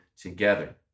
together